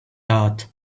thought